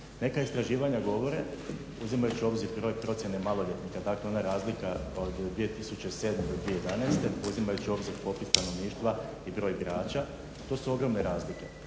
Neka istraživanja govore, uzimajući u obzir broj procjene maloljetnika, dakle ona razlika od 2007. do 2011., uzimajući u obzir popis stanovništva i broj birača to su ogromne razlike.